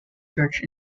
church